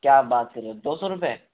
क्या बात कर रहे हैं दो सौ रुपये